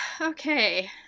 okay